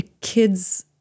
kids